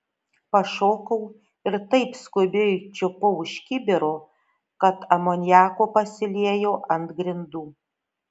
pašokau ir taip skubiai čiupau už kibiro kad amoniako pasiliejo ant grindų